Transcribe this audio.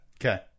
Okay